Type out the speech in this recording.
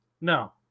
no